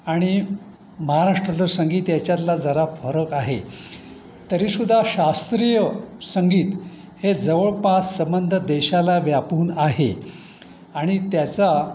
आणि महाराष्ट्रातलं संगीत याच्यातला जरा फरक आहे तरी सुद्धा शास्त्रीय संगीत हे जवळपास सबंध देशाला व्यापून आहे आणि त्याचा